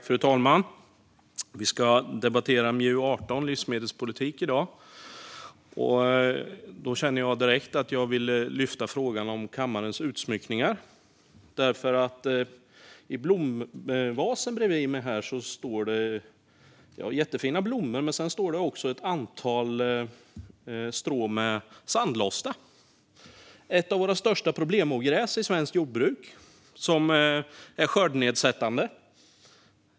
Fru talman! Vi ska i dag debattera miljö och jordbruksutskottets betänkande 18 Livsmedelspolitik . Då känner jag direkt att jag vill lyfta fram frågan om kammarens utsmyckning. I blomvasen bredvid mig här finns det jättefina blommor. Men det finns också ett antal strån, sandlosta. Det är ett av våra största problemogräs i svenskt jordbruk och är skördenedsättande.